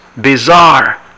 Bizarre